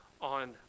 on